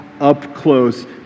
up-close